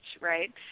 right